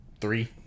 three